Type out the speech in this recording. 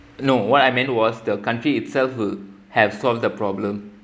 no what I meant was the country itself will have solved the problem